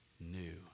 new